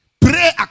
pray